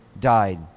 died